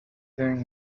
doing